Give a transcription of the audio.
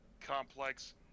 complex